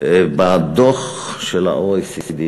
בדוח של ה-OECD,